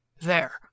There